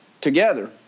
together